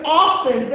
often